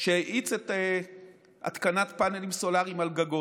שמאיצים התקנת פאנלים סולריים על גגות.